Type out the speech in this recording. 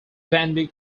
bandy